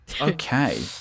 Okay